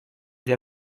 для